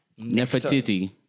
Nefertiti